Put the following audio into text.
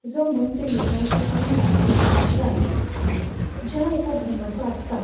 जो मंत्री जावं जो आमदार खासदार ज्या एका धर्माचो आसता